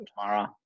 tomorrow